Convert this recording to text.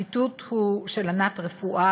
הציטוט הוא של ענת רפואה,